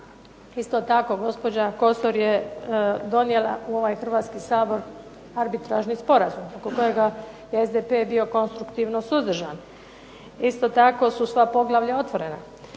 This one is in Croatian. Isto tako gospođa Kosor je donijela u ovaj Hrvatski sabor Arbitražni sporazum oko kojega je SDP bio konstruktivno suzdržan. Isto tako su sva poglavlja otvorena.